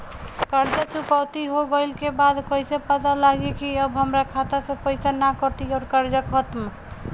कर्जा चुकौती हो गइला के बाद कइसे पता लागी की अब हमरा खाता से पईसा ना कटी और कर्जा खत्म?